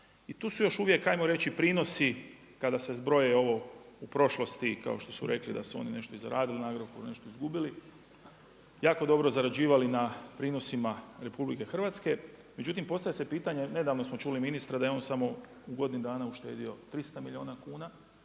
I tu su još uvijek prinosi kada se zbroji ovo u prošlosti kao što su rekli da su oni nešto i zaradili na Agrokoru i nešto izgubili, jako dobro zarađivali na prinosima RH. Međutim postavlja se pitanje, nedavno smo čuli ministra da je on samo u godini dana uštedio 300 milijuna kuna,